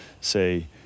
say